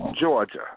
Georgia